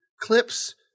clips